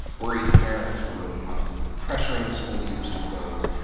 worried parents were obviously pressuring school leaders to close.